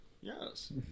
Yes